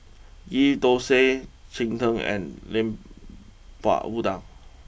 Ghee Thosai Cheng Tng and Lemper Udang